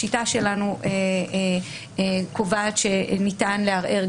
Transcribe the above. השיטה שלנו קובעת שניתן לערער,